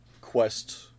quest